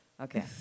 Okay